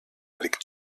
avec